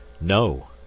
No